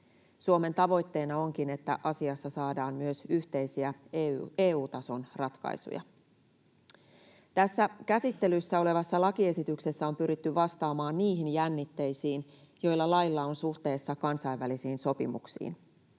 Suomen tavoitteena onkin, että asiassa saadaan myös yhteisiä EU-tason ratkaisuja. Tässä käsittelyssä olevassa lakiesityksessä on pyritty vastaamaan niihin jännitteisiin, joita lailla on suhteessa kansainvälisiin sopimuksiin.